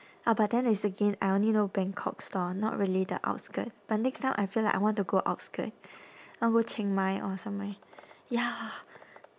ah but then it's again I only know bangkok store not really the outskirt but next time I feel like I want to go outskirt wanna go chiang mai or somewhere ya